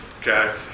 Okay